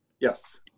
yes